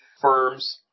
firms